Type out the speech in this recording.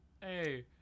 Hey